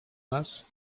nas